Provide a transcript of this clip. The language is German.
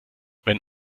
wenn